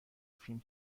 فیلم